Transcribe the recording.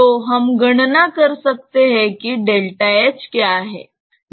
तो हम गणना कर सकते हैं कि क्या है